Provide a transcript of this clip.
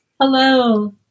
Hello